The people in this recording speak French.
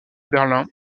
berlin